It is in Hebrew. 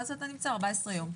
ואז אתה 14 יום בבידוד.